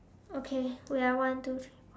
okay wait ah one two